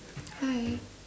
hi